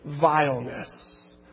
vileness